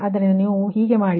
ಆದ್ದರಿಂದ ನೀವು ಮಾಡಿದರೆ